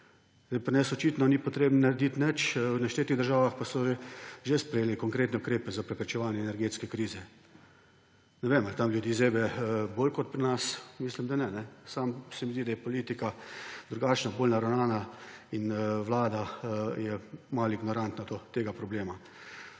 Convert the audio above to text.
Pri nas očitno ni treba narediti nič, v naštetih državah pa so že sprejeli konkretne ukrepe za preprečevanje energetske krize. Ali tam ljudi zebe bolj kot pri nas? Mislim, da ne. Samo se mi zdi, da je politika drugačna, bolj naravnan. Vlada je malo ignorantna do tega problema.